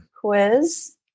quiz